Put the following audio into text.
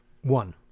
One